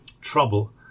trouble